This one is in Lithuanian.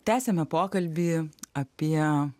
tęsiame pokalbį apie